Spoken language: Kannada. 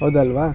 ಹೌದಲ್ಲವಾ